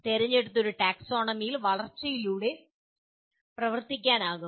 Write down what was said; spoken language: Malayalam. തിരഞ്ഞെടുത്ത ഒരു ടാക്സോണമിയിൽ വളർച്ചയിലൂടെ പ്രവർത്തിക്കാനാകും